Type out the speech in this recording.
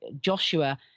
Joshua